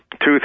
two